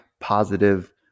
positive